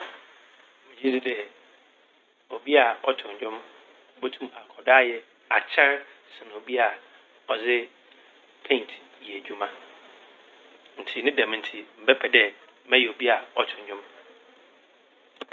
Megye dzi dɛ obi a ɔtow ndwom botum akɔ do ayɛ akyɛr sen obi a ɔdze "paint" yɛ edwuma. Ntsi ne dɛm ntsi mɛpɛ dɛ mɛyɛ obi a ɔtow ndwom.